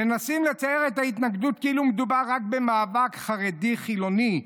מנסים לצייר את ההתנגדות כאילו מדובר רק במאבק חרדי חילוני,